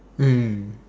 mmhmm